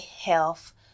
Health